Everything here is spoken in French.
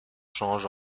change